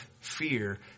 fear